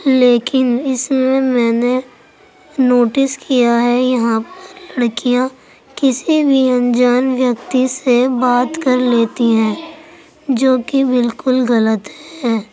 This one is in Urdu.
لیکن اس میں میں نے نوٹس کیا ہے یہاں پر لڑکیاں کسی بھی انجان ویکتی سے بات کر لیتی ہیں جو کہ بالکل غلط ہے